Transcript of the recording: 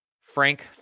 frank